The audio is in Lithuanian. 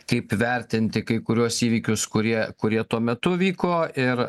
kaip vertinti kai kuriuos įvykius kurie kurie tuo metu vyko ir